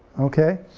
okay?